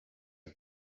die